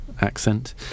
accent